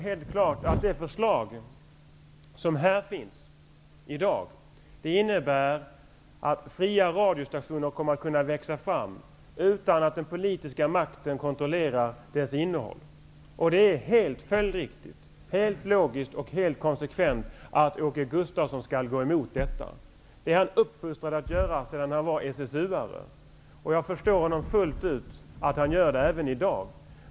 Helt klart innebär det förslag som föreligger i dag att fria radiostationer kommer att kunna växa fram utan att den politiska makten kontrollerar deras innehåll. Det är helt följdriktigt, helt logiskt och helt konsekvent att Åke Gustavsson går emot detta. Det är han uppfostrad att göra alltsedan han var SSU:are. Jag förstår honom helt och hållet när han gör det även i dag.